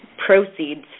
proceeds